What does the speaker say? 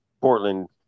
Portland